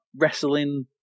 wrestling